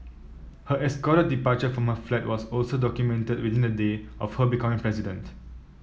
her escorted departure from my flat was also documented within a day of her becoming president